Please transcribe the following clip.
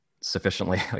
sufficiently